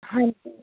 ਹਾਂਜੀ